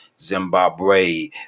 zimbabwe